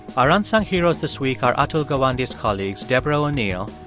our unsung heroes this week are atul gawande's colleagues deborah o'neill,